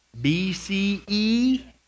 BCE